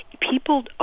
people